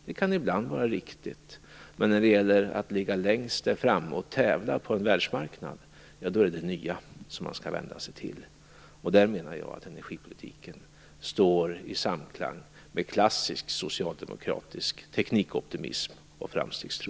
Det kan ibland vara riktigt, men när det gäller att ligga längst framme och tävla på en världsmarknad är det det nya som man skall vända sig till. Jag menar att energipolitiken står i samklang med klassisk socialdemokratisk teknikoptimism och framtidstro.